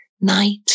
night